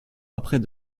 après